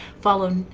follow